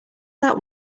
that